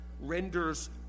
renders